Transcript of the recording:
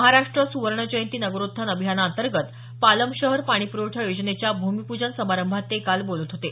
महाराष्ट्र सुवर्ण जयंती नगरोत्थान अभियानांतर्गत पालम शहर पाणीप्रवठा योजनेच्या भूमीपूजन समारंभात ते काल बोलत होते